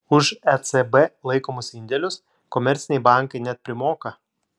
už ecb laikomus indėlius komerciniai bankai net primoka